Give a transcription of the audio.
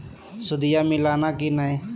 सुदिया मिलाना की नय?